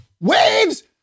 Waves